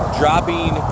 dropping